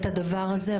-- את הדבר הזה,